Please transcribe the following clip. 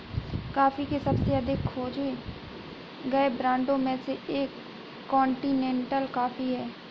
coffee के सबसे अधिक खोजे गए ब्रांडों में से एक कॉन्टिनेंटल कॉफ़ी है